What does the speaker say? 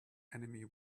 enemy